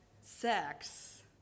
Sex